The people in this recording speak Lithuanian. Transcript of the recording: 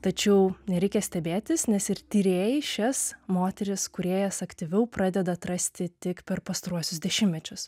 tačiau nereikia stebėtis nes ir tyrėjai šias moteris kūrėjas aktyviau pradeda atrasti tik per pastaruosius dešimtmečius